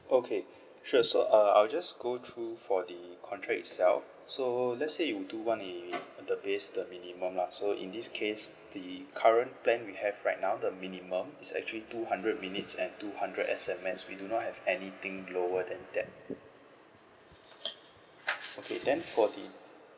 okay sure so uh I will just go through for the contract itself so let's say you do want a the base the minimum lah so in this case the current plan we have right now the minimum is actually two hundred minutes and two hundred S_M_S we do not have anything lower than that okay then for the